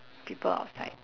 people outside